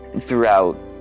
throughout